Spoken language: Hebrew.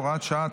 הוראת שעה),